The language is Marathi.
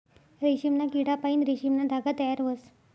रेशीमना किडापाईन रेशीमना धागा तयार व्हस